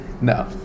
No